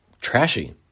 trashy